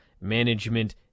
management